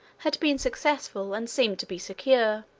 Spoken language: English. had been successful, and seemed to be secure.